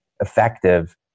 effective